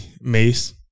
Mace